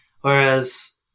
Whereas